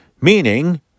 meaning